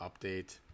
update